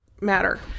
matter